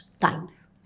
times